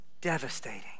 Devastating